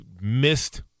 missed